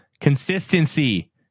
Consistency